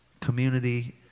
community